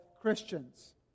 Christians